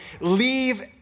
leave